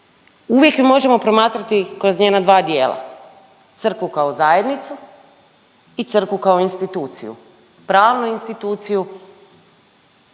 uvijek je možemo promatrati kroz njena dva dijela, crkvu kao zajednicu i crkvu kao instituciju, pravnu instituciju